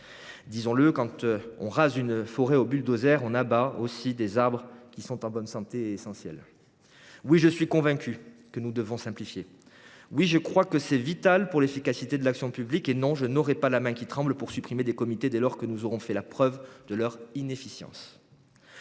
Disons le : quand on rase une forêt au bulldozer, on abat aussi des arbres en bonne santé, dont la présence est essentielle. Oui, je suis convaincu que nous devons simplifier. Oui, je crois que c’est vital pour l’efficacité de l’action publique. Non, je n’aurai pas la main qui tremble pour supprimer des comités, dès lors que nous aurons prouvé leur inefficience.